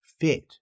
fit